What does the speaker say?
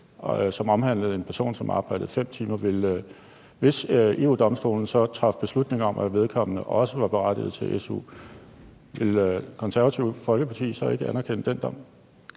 som omhandlede en person, som arbejdede 5 timer? Hvis EU-Domstolen så traf beslutning om, at vedkommende også var berettiget til su, ville Det Konservative Folkeparti så ikke anerkende den dom?